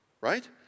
right